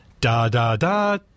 Da-da-da